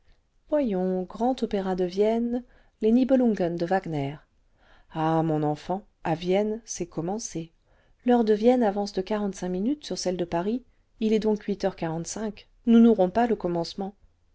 voyons grand opéra de vienne les niebelungen de wagner effusions téléphonoscopiques ah mon enfant à vienne c'est commencé l'heure de vienne avance de quarante-cinq minutes sur celle de paris il est donc huit heures quarante-cinq nous n'aurons pas le commencement